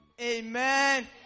Amen